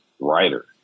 writer